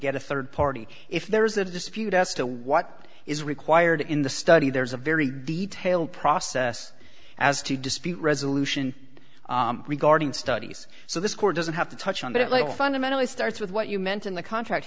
get a third party if there is a dispute as to what is required in the study there's a very detailed process as to dispute resolution regarding studies so this court doesn't have to touch on that later fundamentally starts with what you meant in the contract